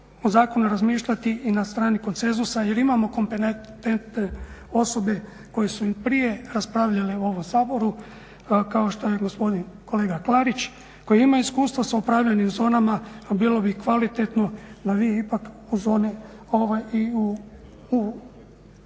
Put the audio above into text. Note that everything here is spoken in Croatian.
o zakonu razmišljati i na strani koncezusa, jer imamo kompetentne osobe koje su i prije raspravljale u ovom Saboru kao što je gospodin kolega Klarić koji ima iskustva sa upravljanjem zonama. A bilo bi i kvalitetno da vi ipak u zoni i u